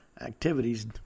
activities